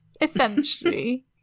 Essentially